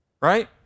right